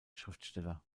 schriftsteller